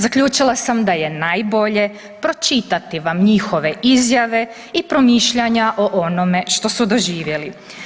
Zaključila sam da je najbolje pročitati vam njihove izjave i promišljanja o onome što su doživjeli.